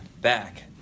back